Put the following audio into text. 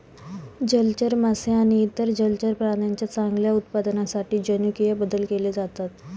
जलचर मासे आणि इतर जलचर प्राण्यांच्या चांगल्या उत्पादनासाठी जनुकीय बदल केले जातात